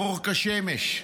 ברור כשמש,